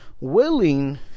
willing